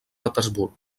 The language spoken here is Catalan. petersburg